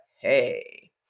hey